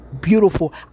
Beautiful